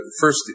first